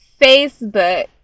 Facebook